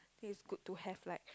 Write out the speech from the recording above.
feels good to have like